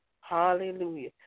Hallelujah